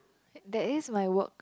there is my work